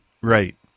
Right